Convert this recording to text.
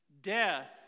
Death